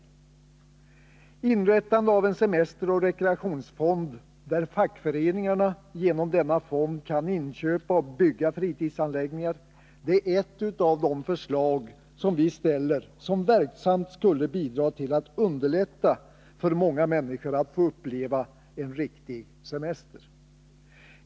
Inrättandet av en semesteroch rekreationsfond, där fackföreningarna genom denna fond kan inköpa och bygga fritidsanläggningar, är ett av de förslag vi ställer som verksamt skulle bidra till att underlätta för många människor att få uppleva en riktig semester.